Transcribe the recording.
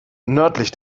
nördlich